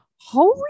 Holy